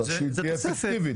צריך שהיא תהיה אפקטיבית.